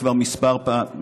כבר כמה פעמים,